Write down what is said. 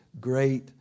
great